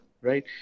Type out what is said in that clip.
right